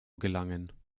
gelangen